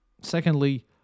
Secondly